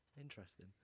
interesting